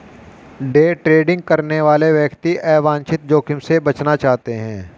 day trading करने वाले व्यक्ति अवांछित जोखिम से बचना चाहते हैं